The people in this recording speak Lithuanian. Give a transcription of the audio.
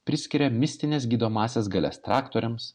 priskiria mistines gydomąsias galias traktoriams